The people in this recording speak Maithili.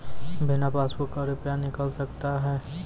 बिना पासबुक का रुपये निकल सकता हैं?